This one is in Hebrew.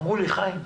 אמרו לי: חיים,